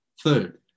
Third